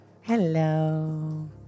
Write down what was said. Hello